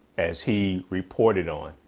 as he reported on,